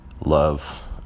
love